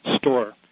store